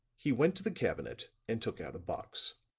he went to the cabinet and took out a box.